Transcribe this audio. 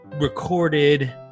recorded